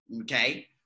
okay